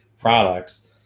products